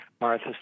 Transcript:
Martha